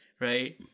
right